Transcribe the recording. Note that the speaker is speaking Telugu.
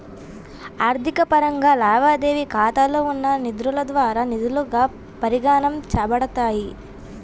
ఆర్థిక పరంగా, లావాదేవీ ఖాతాలో ఉన్న నిధులుద్రవ నిధులుగా పరిగణించబడతాయి